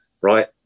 Right